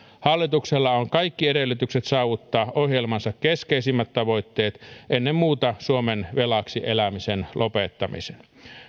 hallituksella on kaikki edellytykset saavuttaa ohjelmansa keskeisimmät tavoitteet ennen muuta suomen velaksi elämisen lopettaminen